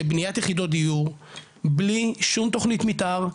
בניית יחידות דיור בלי שום תוכנית מתאר,